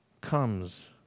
comes